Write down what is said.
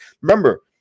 Remember